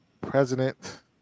president